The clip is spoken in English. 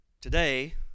today